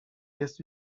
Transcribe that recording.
jest